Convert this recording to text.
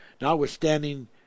notwithstanding